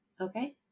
Okay